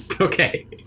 Okay